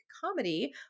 comedy